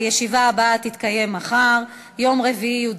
הישיבה הבאה תתקיים מחר, יום רביעי,